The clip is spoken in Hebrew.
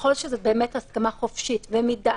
ככל שזו הסכמה חופשית ומדעת,